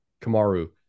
Kamaru